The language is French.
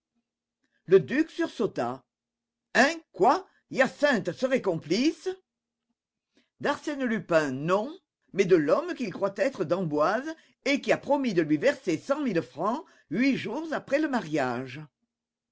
le duc sursauta hein quoi hyacinthe serait complice d'arsène lupin non mais de l'homme qu'il croit être d'emboise et qui a promis de lui verser cent mille francs huit jours après le mariage